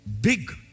big